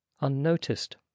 Unnoticed